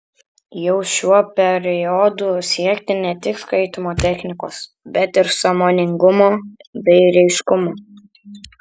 jau šiuo periodu siekti ne tik skaitymo technikos bet ir sąmoningumo bei raiškumo